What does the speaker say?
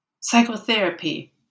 psychotherapy